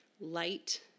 light